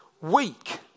weak